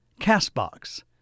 CastBox